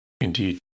Indeed